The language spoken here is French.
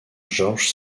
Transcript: georges